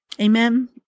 Amen